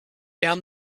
found